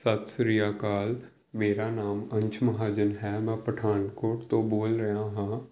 ਸਤਿ ਸ਼੍ਰੀ ਅਕਾਲ ਮੇਰਾ ਨਾਮ ਅੰਸ਼ ਮਹਾਜਨ ਹੈ ਮੈਂ ਪਠਾਨਕੋਟ ਤੋਂ ਬੋਲ ਰਿਹਾ ਹਾਂ